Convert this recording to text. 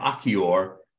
Achior